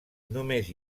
només